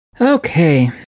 Okay